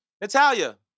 Natalia